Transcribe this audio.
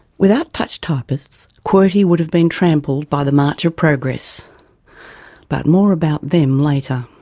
without touch typists qwerty would have been trampled by the march of progress but more about them later.